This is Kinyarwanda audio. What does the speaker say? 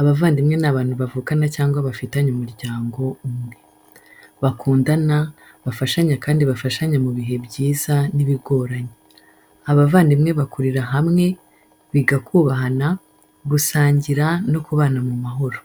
Abavandimwe ni abantu bavukana cyangwa bafite umuryango umwe. Bakundana, bafashanya kandi bagafashanya mu bihe byiza n’ibigoranye. Abavandimwe bakurira hamwe, biga kubahana, gusangira no kubana mu mahoro.